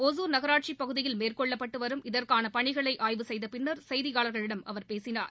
ஒசூர் நகராட்சிப் பகுதியில் மேற்கொள்ளப்பட்டுவரும் இதற்கான பணிகளை ஆய்வு செய்த பின்னா் செய்தியாளர்களிடம் அவர் பேசினார்